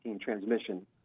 transmission